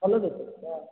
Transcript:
फलो बेचै छियै